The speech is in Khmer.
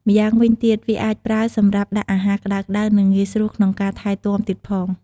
ម្យ៉ាងវិញទៀត វាអាចប្រើសម្រាប់ដាក់អាហារក្តៅៗ និងងាយស្រួលក្នុងការថែទាំទៀតផង។